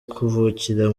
kuvukira